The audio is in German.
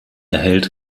erhält